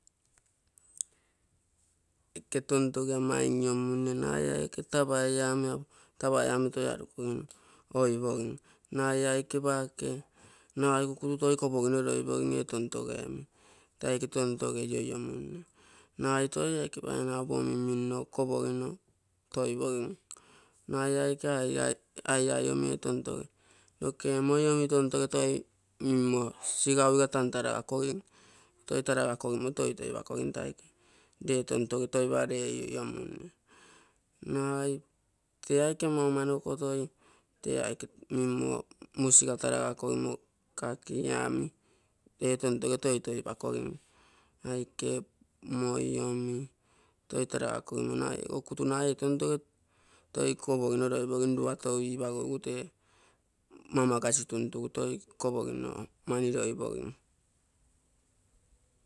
Aike tontoge ama in inomune nagai ee aike tapaia omi, arukogimo oipogin nagai aike paake kukutu toi kopogino loipogin ee tontoge omi, tee aike tontoge intomunne. Nagai toi ee aike painap omi minno kopogino toipogin. Nagai ee aike aiai omi ee tontoge, noke ee moi omi minnosiga uigatoi tantarakogin; toi torakogimo toitoipakogin tee tontoge toiparei iniomunne. Nagai tee aike amanoko toi minmo musiga taragakogimo kakia omi tontoge tantakogin. Ee aike moi omi ta taragakogimo, nagai ee kukutu nagai ee tontoge toi kopogino loipogin lua tou ipaguigu mamakasi tuntugu toi kopogino mani loipogin.